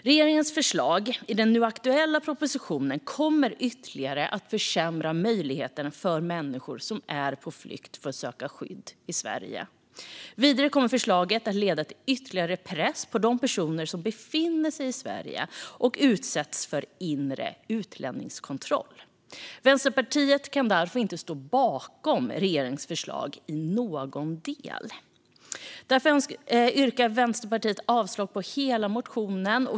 Regeringens förslag i den nu aktuella propositionen kommer ytterligare att försämra möjligheterna för människor som är på flykt för att söka skydd i Sverige. Vidare kommer förslaget att leda till ytterligare press på de personer som befinner sig i Sverige och utsätts för inre utlänningskontroll. Vänsterpartiet kan därför inte stå bakom regeringens förslag i någon del. Vänsterpartiet yrkar därför avslag på hela motionen.